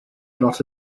not